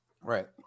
Right